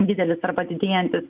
didelis arba didėjantis